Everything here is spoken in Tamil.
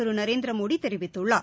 திரு நரேந்திரமோடி தெரிவித்துள்ளார்